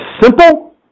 simple